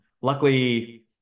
Luckily